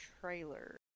trailer